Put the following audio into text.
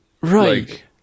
right